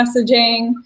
messaging